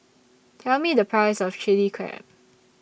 Tell Me The Price of Chili Crab